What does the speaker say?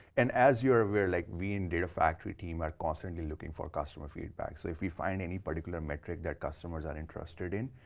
and as you're aware like we in data factory team are constantly looking for customer feedback. so, if we find any particular metric that customers are interested in,